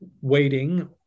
waiting